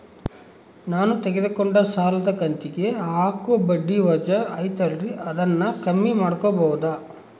ನಾನು ತಗೊಂಡ ಸಾಲದ ಕಂತಿಗೆ ಹಾಕೋ ಬಡ್ಡಿ ವಜಾ ಐತಲ್ರಿ ಅದನ್ನ ಕಮ್ಮಿ ಮಾಡಕೋಬಹುದಾ?